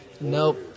Nope